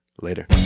later